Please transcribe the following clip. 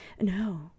No